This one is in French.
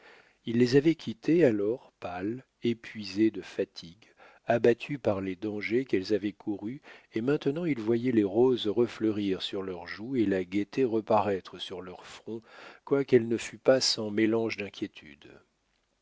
il les avait quittées alors pâles épuisées de fatigue abattues par les dangers qu'elles avaient courus et maintenant il voyait les roses refleurir sur leurs joues et la gaieté reparaître sur leur front quoiqu'elle ne fût pas sans mélange d'inquiétude